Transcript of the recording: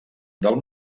del